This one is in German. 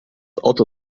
auto